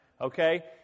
Okay